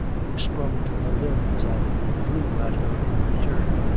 who sprung to her limbs, and flew at her in return.